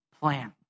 plan